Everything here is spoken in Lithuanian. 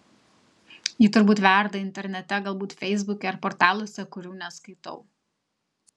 ji turbūt verda internete galbūt feisbuke ar portaluose kurių neskaitau